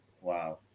wow